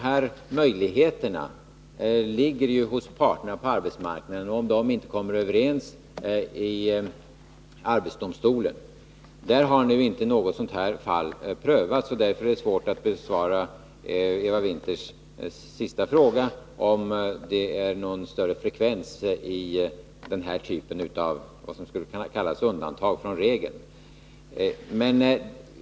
Parterna på arbetsmarknaden har möjlighet att, om de inte kommer överens, pröva ett ärende i arbetsdomstolen. Därför har nu inte något sådant här fall prövats, och därför är det svårt att besvara Eva Winthers senaste fråga, om den här typen av undantag från regeln har någon större frekvens.